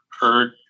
heard